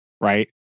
right